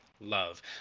love